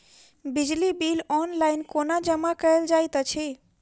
बिजली bill online कोना जमा कएल जाइत अछि?